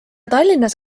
tallinnas